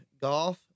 golf